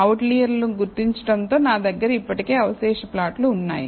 అవుట్లైయర్లను గుర్తించడంతో నా దగ్గర ఇప్పటికే అవశేష ప్లాట్లు ఉన్నాయి